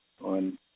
on